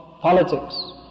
politics